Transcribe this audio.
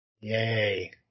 Yay